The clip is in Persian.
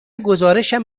گزارشم